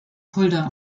fulda